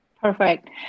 Perfect